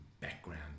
background